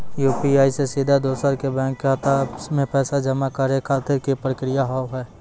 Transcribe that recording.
UPI से सीधा दोसर के बैंक खाता मे पैसा जमा करे खातिर की प्रक्रिया हाव हाय?